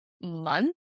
month